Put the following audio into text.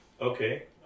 Okay